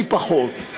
אני פחות.